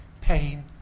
pain